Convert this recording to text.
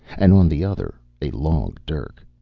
and on the other a long dirk.